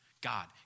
God